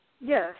Yes